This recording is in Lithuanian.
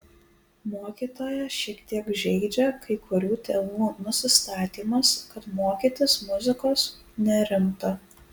mokytoją šiek tiek žeidžia kai kurių tėvų nusistatymas kad mokytis muzikos nerimta